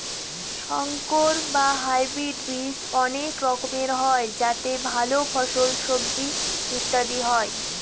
সংকর বা হাইব্রিড বীজ অনেক রকমের হয় যাতে ভাল ফল, সবজি ইত্যাদি হয়